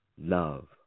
Love